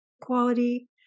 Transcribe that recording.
quality